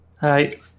Hi